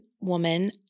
woman